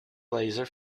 laser